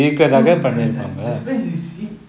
no because that this but see